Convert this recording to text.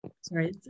sorry